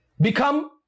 become